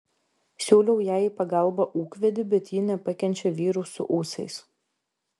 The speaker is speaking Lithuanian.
siūliau jai į pagalbą ūkvedį bet ji nepakenčia vyrų su ūsais